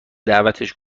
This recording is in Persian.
دعوتش